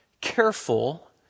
careful